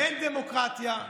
אין דמוקרטיה,